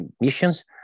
missions